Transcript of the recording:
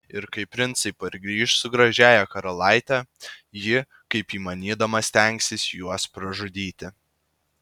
ir kai princai pargrįš su gražiąja karalaite ji kaip įmanydama stengsis juos pražudyti